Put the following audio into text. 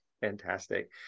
Fantastic